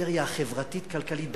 הפריפריה החברתית-כלכלית בתוכנו,